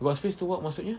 got space to walk maksudnya